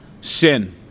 sin